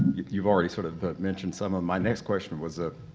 you've already sort of mentioned some of my next question was, ah